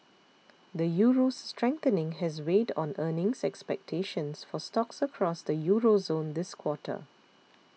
the Euro's strengthening has weighed on earnings expectations for stocks across the Euro zone this quarter